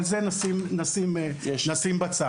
אבל נשים זאת בצד.